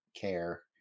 care